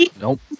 Nope